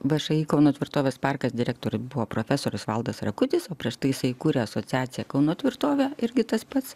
všį kauno tvirtovės parkas direktorius buvo profesorius valdas rakutis o prieš tai jisai įkūrė asociaciją kauno tvirtovė irgi tas pats